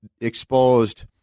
exposed